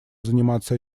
заниматься